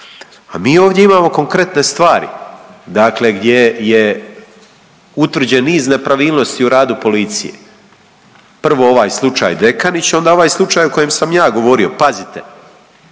A mi ovdje imamo konkretne stvari gdje je utvrđen niz nepravilnosti u radu policije. Prvo ovaj slučaj Dekanić onda ovaj slučaj o kojem sam ja govorio. Pazite,